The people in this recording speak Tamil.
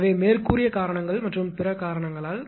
எனவே மேற்கூறிய காரணங்கள் மற்றும் பிற காரணங்களால்